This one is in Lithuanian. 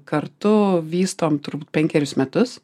kartu vystom turbūt penkerius metus